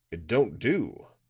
it don't do,